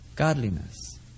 Godliness